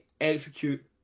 execute